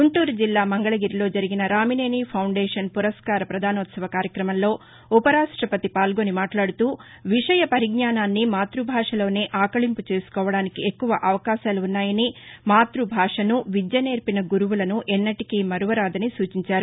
గుంటూరు జిల్లా మంగళగిరిలో జరిగిన రామినేని ఫౌండేషన్ పురస్కార పదానోత్సవ కార్యక్రమంలో ఉప రాష్టపతి పాల్గొని మాట్లాడుతూవిషయ పరిజ్ఞానాన్ని మాత్బ భాషలోనే ఆకళింపు చేసుకోవడానికి ఎక్కువ అవకాశాలు ఉన్నాయని మాత్బభాషను విద్యనేర్పిన గురువులను ఎన్నిటికీ మరువరాదని సూచించారు